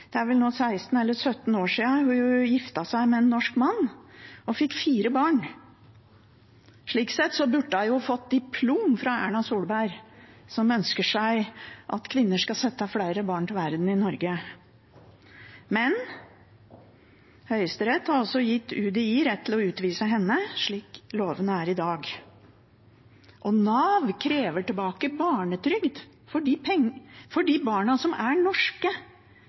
Det er nå 16 eller 17 år siden hun giftet seg med en norsk mann og fikk fire barn. Slik sett burde hun fått diplom fra Erna Solberg, som ønsker seg at kvinner skal sette flere barn til verden i Norge. Men Høyesterett har altså gitt UDI rett til å utvise henne slik lovene er i dag, og Nav krever tilbake barnetrygd for barna, som er norske og bor i Norge, som